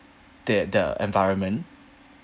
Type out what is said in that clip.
the the environment